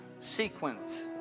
sequence